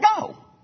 go